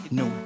no